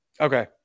Okay